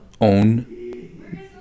own